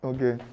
Okay